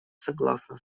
согласна